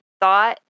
thought